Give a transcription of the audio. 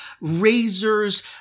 razors